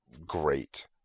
great